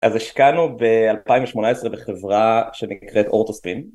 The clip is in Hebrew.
אז השקענו ב-2018 בחברה שנקראת אורטוספין.